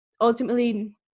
ultimately